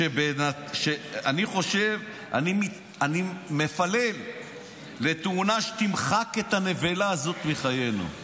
אני מפלל לתאונה שתמחק את הנבלה הזאת מחיינו.